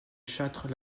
châtres